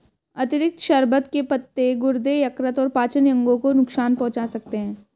अतिरिक्त शर्बत के पत्ते गुर्दे, यकृत और पाचन अंगों को नुकसान पहुंचा सकते हैं